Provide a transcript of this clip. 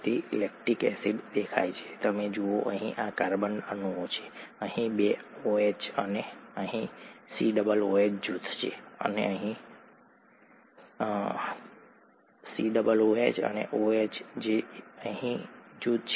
આ રીતે lactic acid દેખાય છે તમે જુઓ અહીં આ કાર્બન અણુઓ છે અહીં બે OH છે આ અહીં COOH જૂથ છે અને આ અહીં OH જૂથ છે ઠીક છે ત્યાં છે આ COOH અને એક OH છે અહીં જૂથ